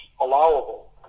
allowable